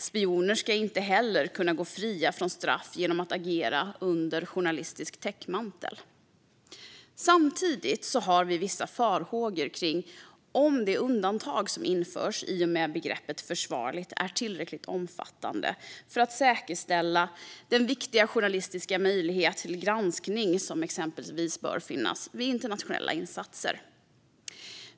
Spioner ska inte heller kunna gå fria från straff genom att agera under journalistisk täckmantel. Samtidigt har vi vissa farhågor kring om det undantag som införs i och med begreppet försvarligt är tillräckligt omfattande för att säkerställa den viktiga journalistiska möjlighet till granskning som bör finnas exempelvis vid internationella insatser.